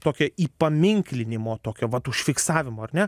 tokio įpaminklinimo tokio vat užfiksavimo ar ne